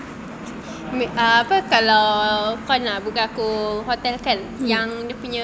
wait apa kalau kau nak buka ku hotel kan yang dia punya